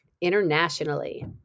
internationally